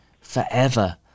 forever